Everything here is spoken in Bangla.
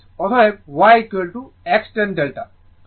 অতএব y x tan delta